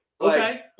Okay